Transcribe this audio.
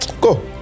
Go